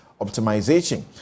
optimization